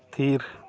ᱛᱷᱤᱨ